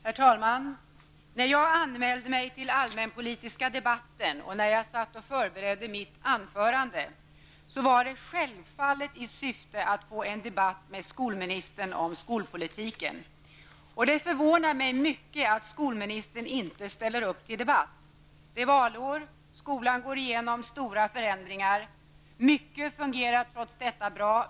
Herr talman! När jag anmälde mig till den allmänpolitiska debatten och när jag satt och förberedde mitt anförande var syftet självfallet att få en debatt med skolministern om skolpolitiken. Det förvånar mig mycket att skolministern inte ställer upp i debatten. Det är ju valår, och skolan genomgår stora förändringar. Trots det är det mycket som fungerar bra.